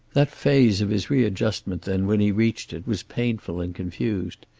that phase of his readjustment, then, when he reached it, was painful and confused.